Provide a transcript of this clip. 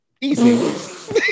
Easy